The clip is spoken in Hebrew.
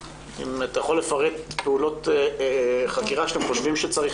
אם אתה יכול לפרט פעולות חקירה שאתם חושבים שצריך